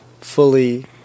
fully